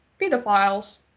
pedophiles